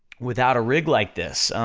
without a rig like this,